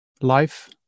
life